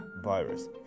virus